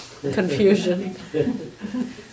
Confusion